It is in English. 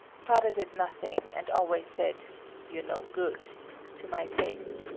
father did nothing, and always said you're no good to my face.